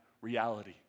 Reality